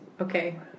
Okay